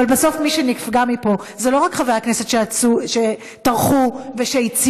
אבל בסוף מי שנפגע מפה זה לא רק חברי הכנסת שטרחו ושהציעו,